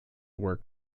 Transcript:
work